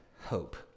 hope